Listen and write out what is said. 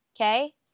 okay